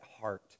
heart